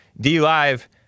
D-Live